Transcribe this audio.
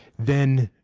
then